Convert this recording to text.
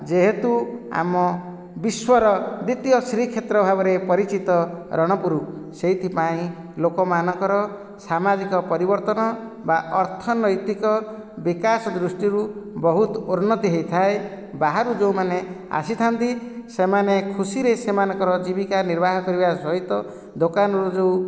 ଯେହେତୁ ଆମ ବିଶ୍ୱର ଦ୍ୱିତୀୟ ଶ୍ରୀକ୍ଷେତ୍ର ଭାବରେ ପରିଚିତ ରଣପୁର ସେଥିପାଇଁ ଲୋକମାଙ୍କର ସାମାଜିକ ପରିବର୍ତ୍ତନ ବା ଅର୍ଥନୈତିକି ବିକାଶ ଦୃଷ୍ଟିରୁ ବହୁତ ଉନ୍ନତି ହୋଇଥାଏ ବାହାରୁ ଯେଉଁମାନେ ଆସିଥାନ୍ତି ସେମାନେ ଖୁସିରେ ସେମାନଙ୍କର ଜୀବିକା ନିର୍ବାହ କରିବା ସହିତ ଦୋକାନରୁ ଯେଉଁ